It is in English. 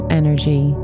energy